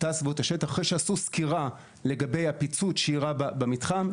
אחרי שעשו סקירה לגבי הפיצוץ שאירע במתחם,